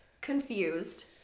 confused